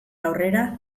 aurrera